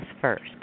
first